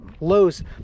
lows